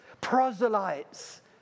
Proselytes